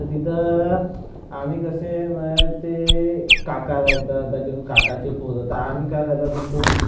तर तिथं आम्ही कसे ते काका राहतात अजून काकाची पोरं तर आम्ही काय करत होतो